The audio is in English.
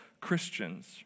Christians